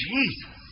Jesus